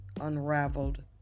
unraveled